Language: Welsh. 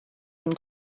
ein